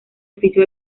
oficio